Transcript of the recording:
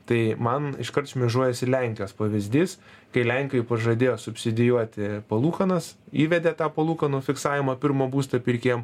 tai man iškart šmėžuojasi lenkijos pavyzdys kai lenkijoj pažadėjo subsidijuoti palūkanas įvedė tą palūkanų fiksavimą pirmo būsto pirkėjam